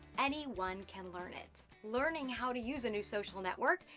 anyone can learn it. learning how to use a new social network,